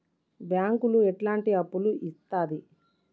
బ్యాంకులు ఎట్లాంటి అప్పులు ఇత్తది?